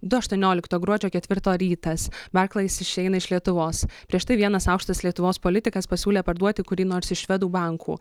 du aštuonioliktų gruodžio ketvirto rytas barklais išeina iš lietuvos prieš tai vienas aukštas lietuvos politikas pasiūlė parduoti kurį nors iš švedų bankų